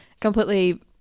completely